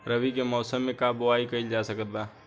रवि के मौसम में का बोआई कईल जा सकत बा?